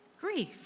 grief